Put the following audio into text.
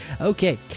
Okay